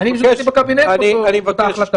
בשטחי C. אני השתתפתי בקבינט באותה החלטה.